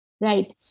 right